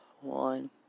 One